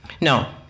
No